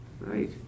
right